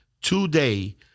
today